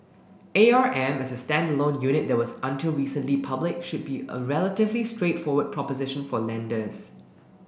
A R M as a standalone unit that was until recently public should be a relatively straightforward proposition for lenders